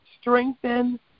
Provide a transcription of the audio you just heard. strengthen